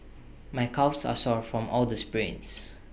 my calves are sore from all the sprints